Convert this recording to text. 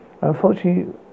Unfortunately